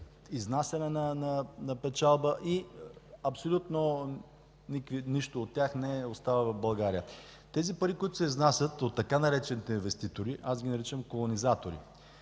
изнасяне на печалба и абсолютно нищо от тях не остава в България. Тези пари, които се изнасят от така наречените „инвеститори”, аз ги наричам колонизатори.